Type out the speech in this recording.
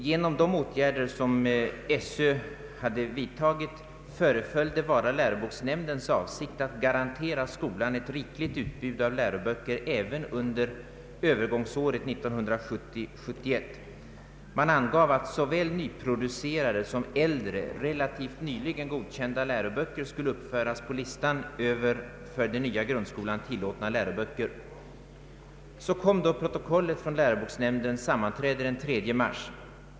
Genom de åtgärder som Sö vidtagit föreföll det vara läroboksnämndens avsikt att garantera skolan ett rikligt ut bud av läroböcker även under övergångsåret 1970/71. Man angav att såväl nyproducerade som äldre, relativt nyligen godkända läroböcker, skulle uppföras på listan över för den nya grundskolan tillåtna läroböcker. Så kom då protokollet från läroboksnämndens sammanträde den 3 mars.